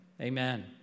Amen